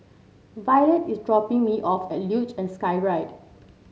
Violette is dropping me off at Luge and Skyride